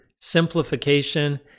simplification